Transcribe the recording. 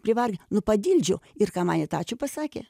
privarė nu padildžiau ir ką manėt ačiū pasakė